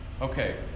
Okay